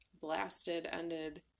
blasted-ended